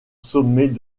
sommet